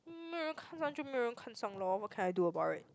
没有人看上就没有人看上 lor what can I do about it